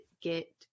get